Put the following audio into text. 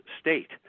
state